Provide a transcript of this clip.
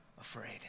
afraid